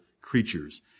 creatures